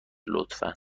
لطفا